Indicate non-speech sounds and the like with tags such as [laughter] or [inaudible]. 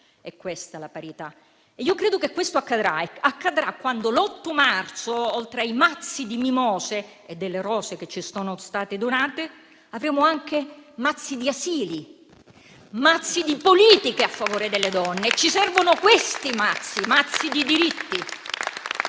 È questa la parità. Credo che questo accadrà quando l'8 marzo, oltre ai mazzi di mimose e delle rose che ci sono state donate, avremo anche mazzi di asili, mazzi di politiche a favore delle donne. [applause] Ci servono questi mazzi: mazzi di diritti.